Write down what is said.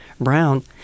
brown